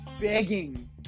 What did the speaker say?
begging